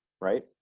right